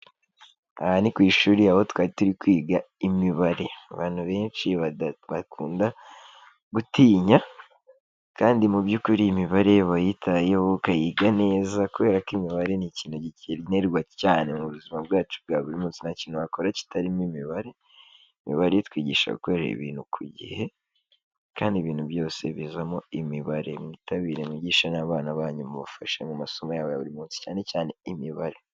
Aha ni ku ishuri aho twari turi kwiga imibare abantu benshi bakunda gutinya kandi mu by'ukuri imibare iyo wayitayeho ukayiga neza kubera ko imibare ni ikintu gikenerwa cyane mu buzima bwacu bwa buri munsi, nta kintu wakora kitarimo imibare, imibare itwigisha gukorera ibintu ku gihe kandi ibintu byose bizamo imibare, mwitabire mwigishe n'abana banyu mubafashe mu masomo yabo ya buri munsi cyane cyane imibare.